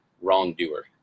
wrongdoer